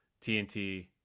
TNT